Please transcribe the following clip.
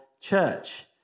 church